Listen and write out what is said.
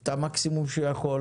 את המקסימום שהוא יכול,